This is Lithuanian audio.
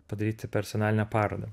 padaryti personalinę parodą